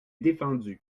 défendu